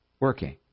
working